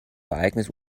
ereignis